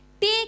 take